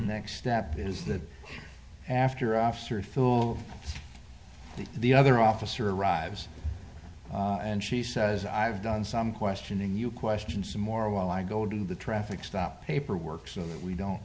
next step is that after officer fool the other officer arrives and she says i've done some questioning you question some more while i go do the traffic stop paperwork so we don't